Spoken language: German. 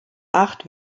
acht